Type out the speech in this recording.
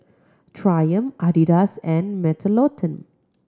Triumph Adidas and Mentholatum